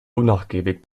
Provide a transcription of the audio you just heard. unnachgiebig